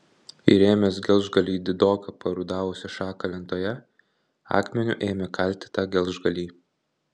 įrėmęs gelžgalį į didoką parudavusią šaką lentoje akmeniu ėmė kalti tą gelžgalį